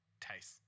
Taste